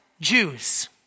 Jews